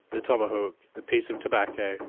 the tomahawk, the piece of tobacco,